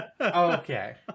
Okay